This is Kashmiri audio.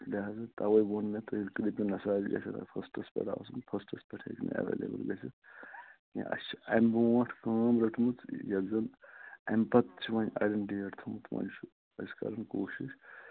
لہذا تَوے ووٚن مےٚ تُہۍ دٔپِو نہَ سا اَسہِ گژھِ نہٕ فَسٹس پیٚٹھ آسُن فسٚٹس پیٚٹھ ہیٚکہِ نہٕ ایوٚیلیبٕل گژھِتھ کیٚنٛہہ اَسہِ چھِ اَمہِ برٛونٛٹھ کٲم رٔٹمٕژ یۅس زَن امہِ پَتہٕ چھِ وۅنۍ أڈیَن ڈیٚٹ تھوٚومُت وۅنۍ چھُ اَسہِ کَرٕنۍ کوٗشِش